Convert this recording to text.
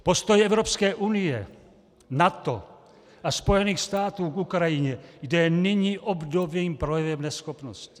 Postoj Evropské unie, NATO a Spojených států k Ukrajině je nyní obdobným projevem neschopnosti.